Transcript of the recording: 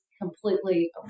completely